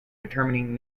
determining